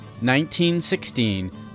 1916